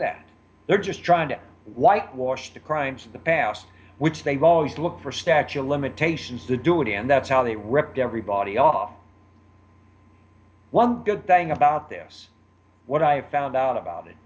that they're just trying to whitewash the crimes of the past which they've always looked for a statue of limitations to do it and that's how they wrecked everybody off one good thing about this what i found out about it